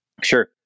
Sure